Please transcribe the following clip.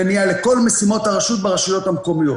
למניעה, לכל משיות הרשות ברשויות המקומיות.